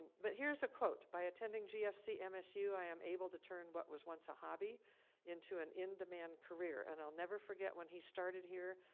but here's a quote. by attending gfc msu, i am able to turn what was once a hobby into an in-demand career. and i'll never forget when he started here,